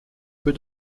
que